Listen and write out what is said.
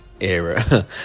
era